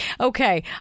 okay